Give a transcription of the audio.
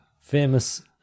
famous